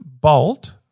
bolt